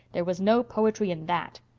there was no poetry in that.